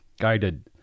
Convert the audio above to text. guided